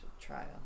trial